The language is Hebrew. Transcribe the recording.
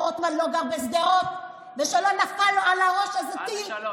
רוטמן לא גר בשדרות ושלא נפל לו על הראש איזה טיל,